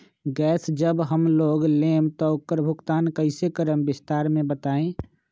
Gas जब हम लोग लेम त उकर भुगतान कइसे करम विस्तार मे बताई?